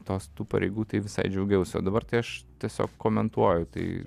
tos tų pareigų tai visai džiaugiausi o dabar tai aš tiesiog komentuoju tai